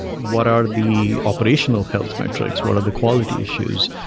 what are the operational health metrics? what are the quality issues?